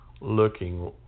looking